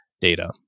data